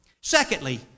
Secondly